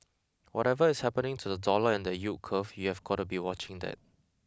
whatever is happening to the dollar and the yield curve you've got to be watching that